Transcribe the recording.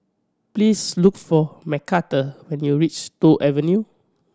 please look for Macarthur when you reach Toh Avenue